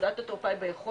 נקודת התורפה היא ביכולת